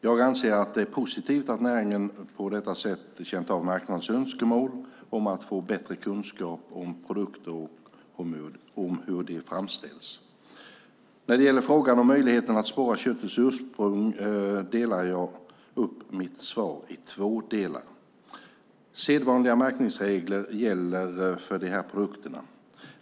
Jag anser att det är positivt att näringen på detta sätt känt av marknadens önskemål om att få bättre kunskap om produkter och om hur de framställs. När det gäller frågan om möjligheten att spåra köttets ursprung delar jag upp mitt svar i två delar. Sedvanliga märkningsregler gäller för de här produkterna.